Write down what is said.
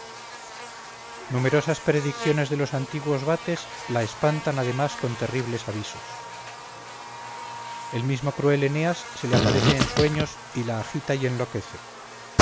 numerosas predicciones de los antiguos vates la espantan además con terribles avisos el mismo cruel eneas se le aparece en sueños y la agita y enloquece